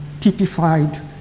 typified